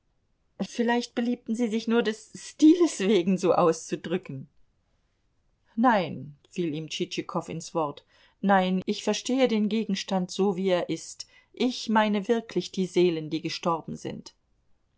vielleicht beliebten sie sich nur des stiles wegen so auszudrücken nein fiel ihm tschitschikow ins wort nein ich verstehe den gegenstand so wie er ist ich meine wirklich die seelen die gestorben sind